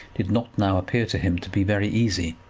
did not now appear to him to be very easy.